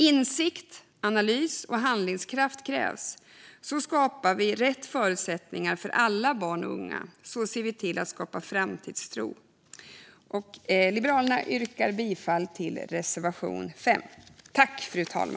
Insikt, analys och handlingskraft krävs. Så skapar vi rätt förutsättningar för alla barn och unga. Så ser vi till att skapa framtidstro. Jag yrkar bifall till reservation 5.